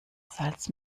salz